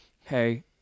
hey